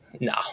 no